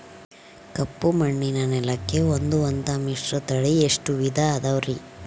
ಕಪ್ಪುಮಣ್ಣಿನ ನೆಲಕ್ಕೆ ಹೊಂದುವಂಥ ಮಿಶ್ರತಳಿ ಎಷ್ಟು ವಿಧ ಅದವರಿ?